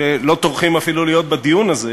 שלא טורחים אפילו להיות בדיון הזה,